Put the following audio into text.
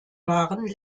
waren